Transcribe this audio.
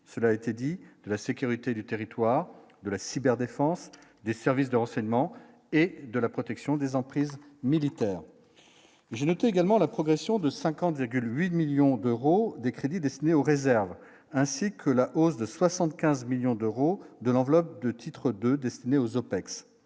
cela a été dit la sécurité du territoire de la cyberdéfense des services de renseignement et de la protection des emprises. Militaire je note également la progression de. 50,8 millions d'euros des crédits destinés aux réserves ainsi que la hausse de 75 millions d'euros de l'enveloppe de titre 2 destinées aux OPEX